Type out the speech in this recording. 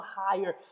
higher